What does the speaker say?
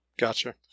Gotcha